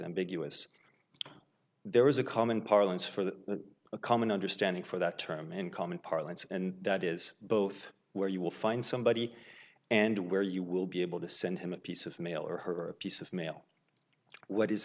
ambiguous there is a common parlance for that a common understanding for that term in common parlance and that is both where you will find somebody and where you will be able to send him a piece of mail or her a piece of mail what is